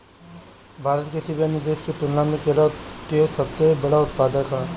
भारत किसी भी अन्य देश की तुलना में केला के सबसे बड़ा उत्पादक ह